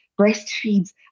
breastfeeds